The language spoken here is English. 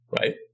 right